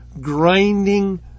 grinding